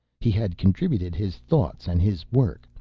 he had contributed his thoughts and his work.